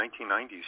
1990s